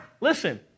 listen